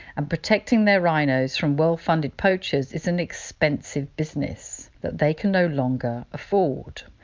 and protecting their rhinos from well-funded poachers is an expensive business that they can no longer afford.